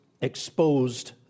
exposed